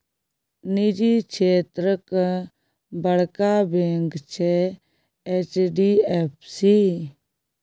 निजी क्षेत्रक बड़का बैंक छै एच.डी.एफ.सी